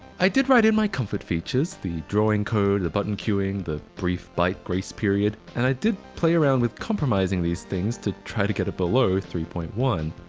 i did write in my comfort features the drawing code, the button queuing, the brief bite grace period and i did play around with compromising these things to try to get it below three point one.